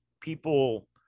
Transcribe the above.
people